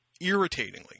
irritatingly